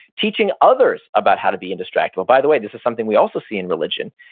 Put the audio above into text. teaching others about how to be indistractable. by the way, this is something we also see in religion.